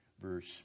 Verse